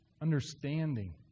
Understanding